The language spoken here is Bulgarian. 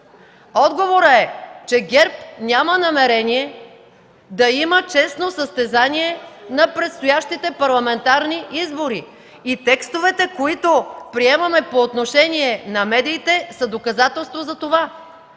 Отговорът е, че ГЕРБ няма намерение да има честно състезание на предстоящите парламентарни избори и текстовете, които приемаме по отношение на медиите, са доказателство за това.